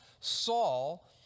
Saul